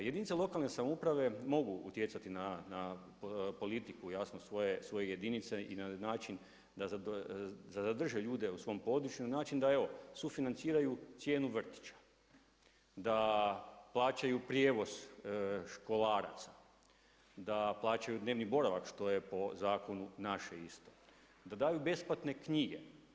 Jedinice lokalne samouprave mogu utjecati na politiku jasno svojih jedinica i na način da zadrže ljude u svom području na način da evo sufinanciraju cijenu vrtića, da plaćaju prijevoz školaraca, da plaćaju dnevni boravak što je po zakonu naše isto, da daju besplatne knjige.